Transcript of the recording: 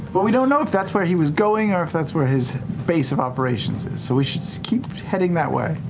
but we don't know if that's where he was going or if that's where his base of operations is so we should so keep heading that way.